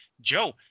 joe